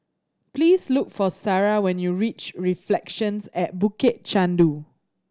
please look for Sarrah when you reach Reflections at Bukit Chandu